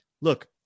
look